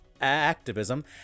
activism